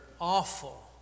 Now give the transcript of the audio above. awful